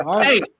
hey